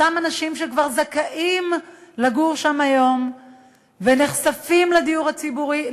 אותם אנשים שכבר זכאים לגור שם היום ונחשפים לדיור הציבורי,